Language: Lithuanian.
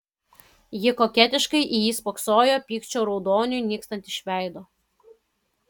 ji koketiškai į jį spoksojo pykčio raudoniui nykstant iš veido